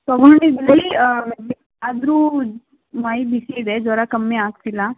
ತೊಗೊಂಡಿದ್ವಿ ಆದರೂ ಮೈ ಬಿಸಿ ಇದೆ ಜ್ವರ ಕಮ್ಮಿ ಆಗ್ತಿಲ್ಲ